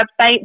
website